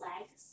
legs